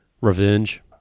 revenge